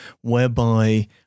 whereby